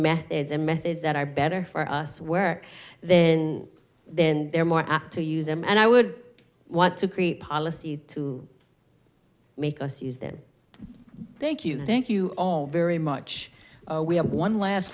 methods and methods that are better for us where then then they're more apt to use them and i would want to create policies to make us use them thank you thank you very much we have one last